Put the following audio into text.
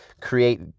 create